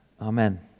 Amen